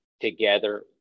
together